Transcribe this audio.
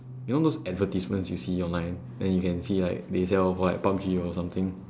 you know those advertisements you see online then you can see like they sell what PUBG or something